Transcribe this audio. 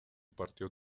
partió